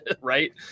right